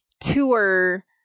tour